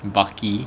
bucky